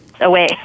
away